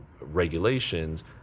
regulations